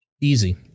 easy